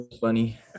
Funny